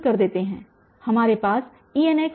हमारे पास Enx Enx0 है